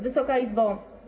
Wysoka Izbo!